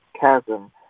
chasm